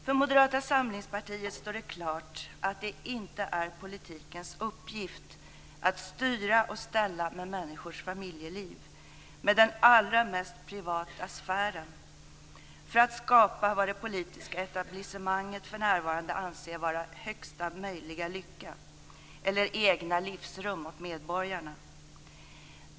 För Moderata samlingspartiet står det klart att det inte är politikens uppgift att styra och ställa med människors familjeliv, med den allra mest privata sfären, för att skapa vad det politiska etablissemanget för närvarande anser vara högsta möjliga lycka eller egna livsrum åt medborgarna.